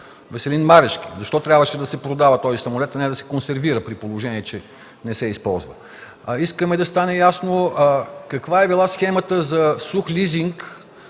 Веселин Марешки. Защо трябваше да се продава този самолет, а не да се консервира, при положение че не се използва? Искаме да стане ясно каква е била схемата за сух лизинг,